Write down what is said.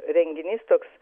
renginys toks